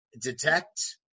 detect